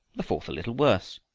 the fourth a little worse.